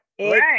right